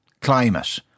climate